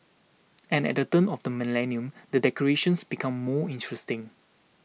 and at the turn of the millennium the decorations become more interesting